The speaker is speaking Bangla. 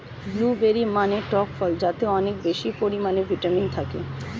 ব্লুবেরি মানে টক ফল যাতে অনেক বেশি পরিমাণে ভিটামিন থাকে